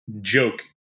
joke